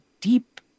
deep